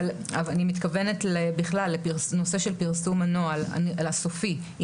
אבל אני מתכוונת בכלל לנושא של פרסום הנוהל הסופי.